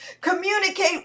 Communicate